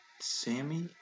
Sammy